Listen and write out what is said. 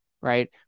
right